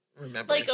remember